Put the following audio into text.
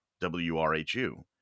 WRHU